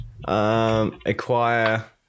Acquire